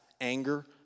anger